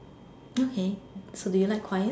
okay so do you like choir